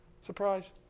Surprise